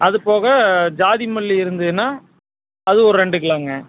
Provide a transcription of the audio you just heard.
அது போக ஜாதி மல்லி இருந்ததுன்னா அது ஒரு ரெண்டு கிலோங்க